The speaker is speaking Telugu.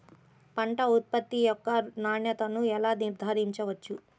పంట ఉత్పత్తి యొక్క నాణ్యతను ఎలా నిర్ధారించవచ్చు?